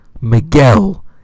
Miguel